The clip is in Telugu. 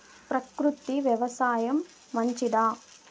ప్రకృతి వ్యవసాయం మంచిదా?